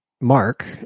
Mark